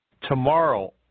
Tomorrow